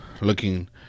looking